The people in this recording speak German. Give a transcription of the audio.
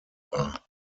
war